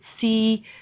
see